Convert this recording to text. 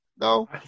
No